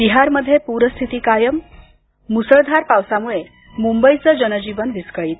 बिहारमध्ये पूरस्थिती कायम मुसळधार पावसामुळे मुंबईचं जनजीवन विसकळीत